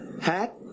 hat